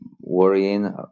worrying